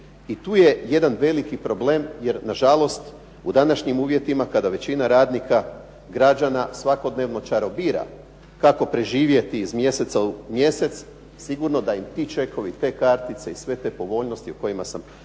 I tu je jedan veliki problem, jer nažalost u današnjim uvjetima kada većina radnika, građana svakodnevno čarobira kako preživjeti iz mjeseca u mjesec, sigurno da i ti čekovi i sve kartice i sve te povoljnosti o kojima sam rekao